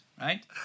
right